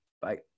Bye